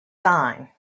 sign